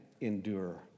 endure